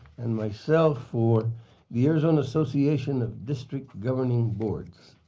and myself for the arizona association of district governing boards.